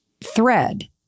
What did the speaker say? thread